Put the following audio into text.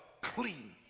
clean